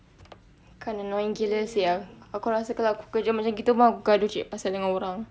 kan annoying gila sia aku rasa kalau aku kerja macam gitu pun aku gaduh cari pasal dengan orang